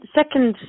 second